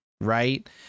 Right